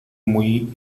muy